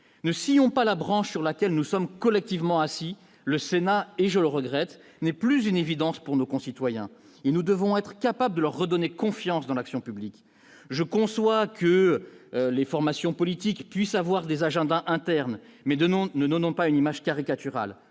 ne s'y ont pas la branche sur laquelle nous sommes collectivement si le Sénat et je le regrette, n'est plus une évidence pour nos concitoyens et nous devons être capables de leur redonner confiance dans l'action publique, je conçois que les formations politiques puissent avoir des agendas interne mais de noms ne donnons pas une image caricaturale